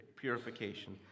purification